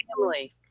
family